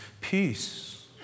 peace